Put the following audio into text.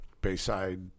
Bayside